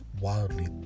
wildly